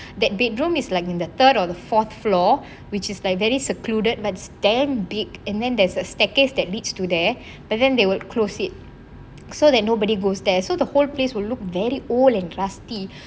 that bedroom is lagging the third or the fourth floor which is like very secluded but then beak and then there's a staircase that leads to there but then they would close it so that nobody goes there so the whole place will look very old and rusty